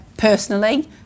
Personally